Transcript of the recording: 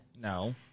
No